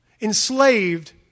enslaved